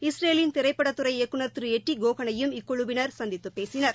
இஸ்ரேலின் திரைப்பட துறை இயக்குநர் திரு எட்டி கோஹனையும் இக்குழுவினர் சந்தித்து பேசினர்